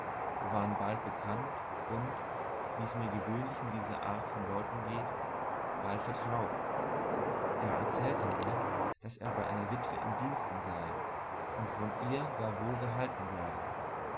wir waren bald bekannt und wie mir's gewöhnlich mit dieser art leuten geht bald vertraut er erzählte mir daß er bei einer witwe in diensten sei und von ihr gar wohl gehalten werde